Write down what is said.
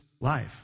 life